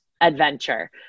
adventure